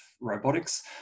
robotics